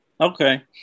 Okay